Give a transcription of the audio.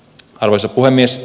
arvoisa puhemies